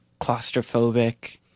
claustrophobic